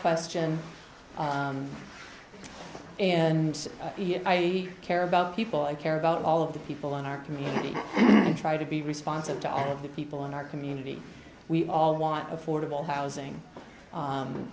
question and i care about people i care about all of the people in our community and try to be responsive to all of the people in our community we all want affordable housing